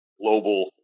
global